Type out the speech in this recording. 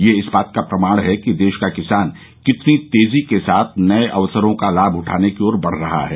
यह इस बात का प्रमाण है कि देश का किसान कितनी तेजी के साथ नए अवसरों का लाभ उठाने की ओर बढ रहा है